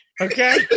okay